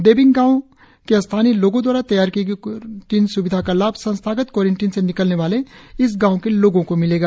देबिंग गांव में स्थानीय लोगों दवारा तैयार की गई क्वारेंटिन स्विधा का लाभ संस्थागत क्वारेंटिन से निकलने वाले इस गांव के लोगों को मिलेगा